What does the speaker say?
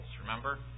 remember